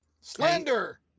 Slender